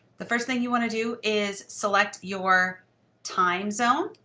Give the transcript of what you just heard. the first thing you want to do is select your time zone.